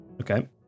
Okay